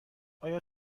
آیا